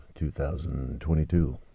2022